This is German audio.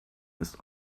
ist